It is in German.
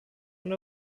eine